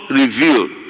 revealed